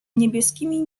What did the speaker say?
niebieskimi